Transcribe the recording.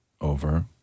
Over